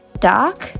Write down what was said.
dark